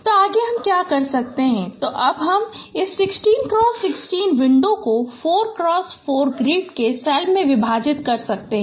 तो आगे हम क्या कर सकते हैं तो अब हम इस 16x16 विंडो को 4x 4 ग्रिड के सेल में विभाजित कर सकते हैं